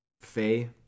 Faye